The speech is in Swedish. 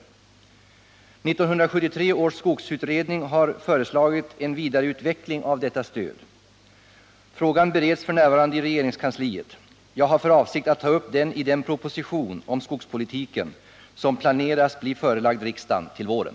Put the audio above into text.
1973 års skogsutredning har föreslagit en vidareutveckling av detta stöd. Frågan bereds f.n. i regeringskansliet. Jag har för avsikt att ta upp den i den proposition om skogspolitiken som planeras bli förelagd riksdagen till våren.